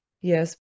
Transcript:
Yes